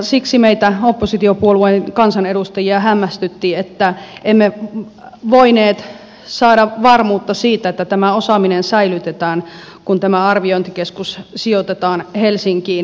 siksi meitä oppositiopuolueen kansanedustajia hämmästytti että emme voineet saada varmuutta siitä että tämä osaaminen säilytetään kun tämä arviointikeskus sijoitetaan helsinkiin